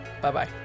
bye-bye